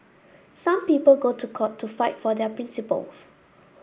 some people go to court to fight for their principles